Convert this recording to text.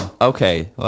Okay